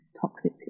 toxic